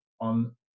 on